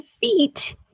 feet